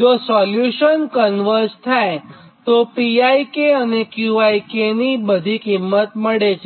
જો solution converge થાય તો Pik અને Qik ની બધી કિંમત મળે છે